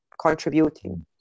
contributing